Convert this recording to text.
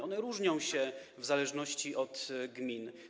One różnią się w zależności od gmin.